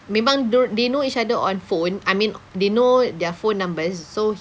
memang dia o~ they know each other on phone I mean they know their phone numbers so